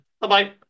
Bye-bye